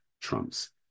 Trump's